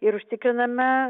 ir užtikriname